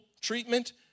treatment